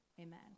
Amen